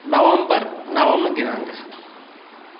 नवम्बर् नवमदिनाङ्कः